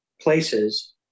places